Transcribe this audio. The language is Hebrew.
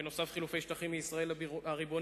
ובנוסף חילופי שטחים מישראל הריבונית